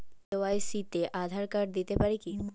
KYC তে Aadhaar card দিতে পারি কি?